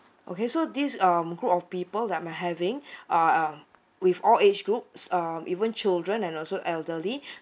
okay so this um group of people that I'm having uh uh with all age groups uh even children and also elderly